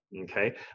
Okay